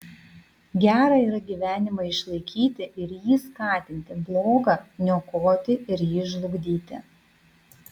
gera yra gyvenimą išlaikyti ir jį skatinti bloga niokoti ir jį žlugdyti